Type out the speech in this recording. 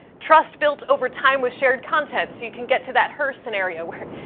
trust built over time with shared content so you can get to that her scenario where,